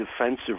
defensive